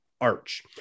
arch